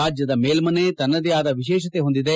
ರಾಜ್ಯದ ಮೇಲ್ಠನೆ ತನ್ನದೇ ಆದ ವಿಶೇಷತೆ ಹೊಂದಿದೆ